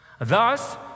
Thus